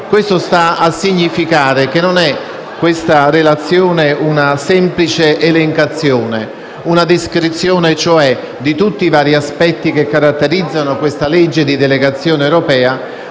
Questo sta a significare che la relazione non è una semplice elencazione, ma una descrizione di tutti i vari aspetti che caratterizzano questa legge di delegazione europea